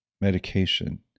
medication